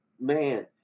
man